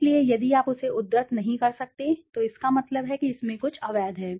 इसलिए यदि आप इसे उद्धृत नहीं कर सकते हैं तो इसका मतलब है कि इसमें कुछ अवैध है